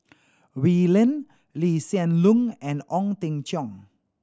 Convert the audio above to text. Oi Lin Lee Hsien Loong and Ong Teng Cheong